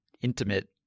intimate